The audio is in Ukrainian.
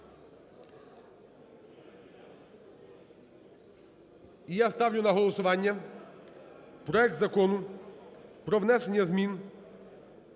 І я ставлю на голосування проект Закону про внесення змін